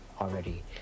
already